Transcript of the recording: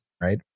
right